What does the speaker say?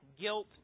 guilt